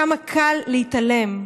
כמה קל להתעלם,